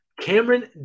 Cameron